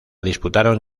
disputaron